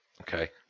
Okay